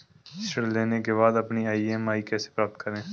ऋण लेने के बाद अपनी ई.एम.आई कैसे पता करें?